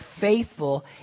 faithful